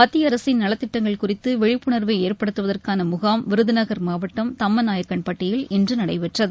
மத்திய அரசின் நலத்திட்டங்கள் குறித்து விழிப்புணர்வை ஏற்படுத்துவதற்கான முகாம் விருதுநகர் மாவட்டம் தம்மநாயக்கன்பட்டியில் இன்று நடைபெற்றது